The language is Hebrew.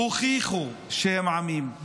הוכיחו שהם עמים,